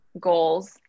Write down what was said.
goals